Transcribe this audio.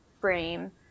frame